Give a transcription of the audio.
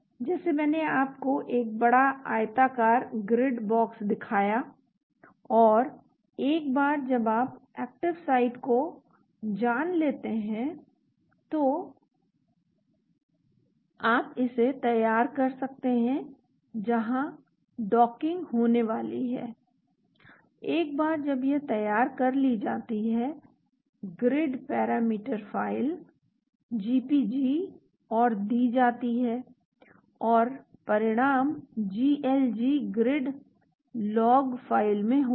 जैसे मैंने आपको एक बड़ा आयताकार ग्रिड बॉक्स दिखाया और एक बार जब आप एक्टिव साइट को जान लेते हैं तो आप इसे तैयार कर सकते हैं जहाँ डॉकिंग होने वाली है एक बार जब यह तैयार कर ली जाती है ग्रिड पैरामीटर फ़ाइल GPG और दी जाती है और परिणाम GLG ग्रिड लॉग फ़ाइल में होंगे